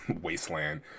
wasteland